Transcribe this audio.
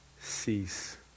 cease